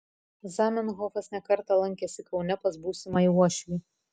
zamenhofas ne kartą lankėsi kaune pas būsimąjį uošvį